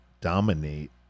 dominate